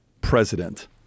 president